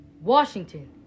Washington